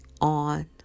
on